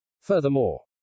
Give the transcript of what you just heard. Furthermore